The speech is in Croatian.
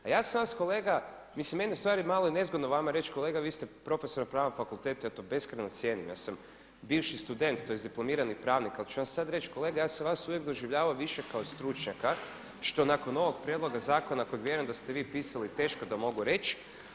A ja sam vas kolega, mislim mene je ustvari malo i nezgodno vama reći kolega vi ste profesor Pravnog fakulteta, ja to beskrajno cijenim, ja sam bivši student, tj. diplomirani pravnik ali ću vam sad reći kolega ja sam vas uvijek doživljavao više kao stručnjaka što nakon ovog prijedloga zakona kojeg vjerujem da ste vi pisali teško da mogu reći.